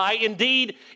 indeed